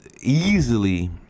easily